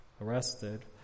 arrested